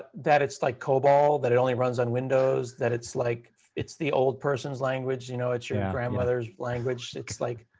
that it's like cobol, that it only runs on windows, that it's like it's the old person's language. you know it's your grandmother's language. it's, like,